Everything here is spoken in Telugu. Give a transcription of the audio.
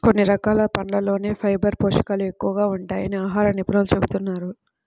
కొన్ని రకాల పండ్లల్లోనే ఫైబర్ పోషకాలు ఎక్కువగా ఉంటాయని ఆహార నిపుణులు చెబుతున్నారు